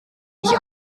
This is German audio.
ich